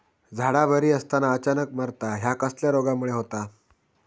झाडा बरी असताना अचानक मरता हया कसल्या रोगामुळे होता?